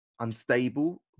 unstable